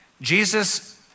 Jesus